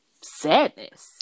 sadness